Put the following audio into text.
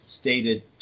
stated